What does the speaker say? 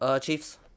Chiefs